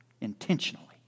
intentionally